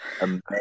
amazing